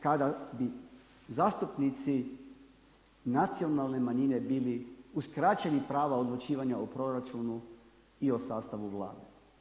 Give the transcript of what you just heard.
Kada bi zastupnici nacionalne manjine bili uskraćeni prava odlučivanja o proračunu i o sastavu Vlade.